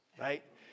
right